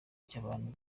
cy’abantu